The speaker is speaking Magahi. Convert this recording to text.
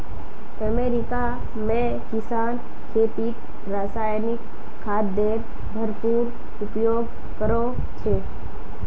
अमेरिका में किसान खेतीत रासायनिक खादेर भरपूर उपयोग करो छे